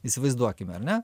įsivaizduokime ar ne